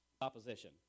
opposition